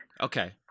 Okay